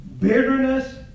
Bitterness